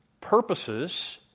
purposes